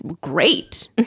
great